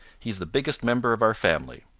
he's the biggest member of our family.